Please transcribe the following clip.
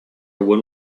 one